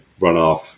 runoff